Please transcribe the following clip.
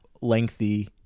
Lengthy